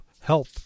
help